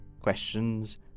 questions